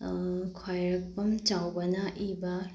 ꯈ꯭ꯋꯥꯏꯔꯥꯛꯄꯝ ꯆꯥꯎꯕꯅ ꯏꯕ